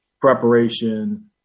preparation